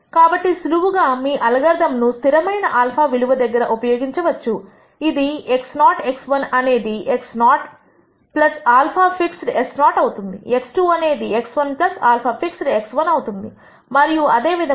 కాబట్టి సులువుగా మీ అల్గారిథం ను స్థిరమైన α విలువ దగ్గర ఉపయోగించవచ్చు ఇది x0 x1 అనేది x0 αfixed s0 అవుతుంది x2 అనేది x1 αfixed x1 అవుతుంది మరియు అదే విధముగా